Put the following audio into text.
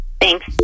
Thanks